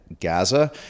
Gaza